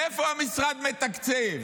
מאיפה המשרד מתקצב?